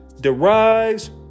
derives